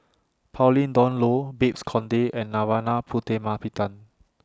Pauline Dawn Loh Babes Conde and Narana Putumaippittan